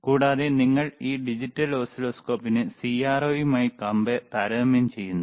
കൂടാതെ നിങ്ങൾ ഈ ഡിജിറ്റൽ ഓസിലോസ്കോപ്പിനെ CRO മായി താരതമ്യം ചെയ്യുന്നു